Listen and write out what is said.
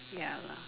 ya lah